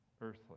earthly